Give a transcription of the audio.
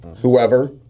whoever